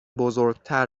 بزرگتر